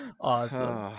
Awesome